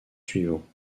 suivants